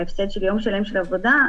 בהפסד יום שלם של עבודה,